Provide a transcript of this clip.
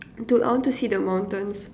dude I want to see the mountains